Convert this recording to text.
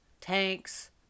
tanks